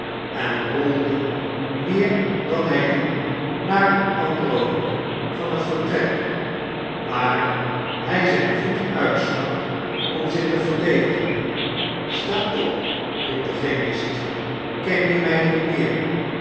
en rolde meer dan hij liep naar een anderen hoek van het vertrek waar hij zijn voet uitstak om zich te verdedigen j sta op riep de chemist ken je mij niet meer